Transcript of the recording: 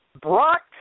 Brock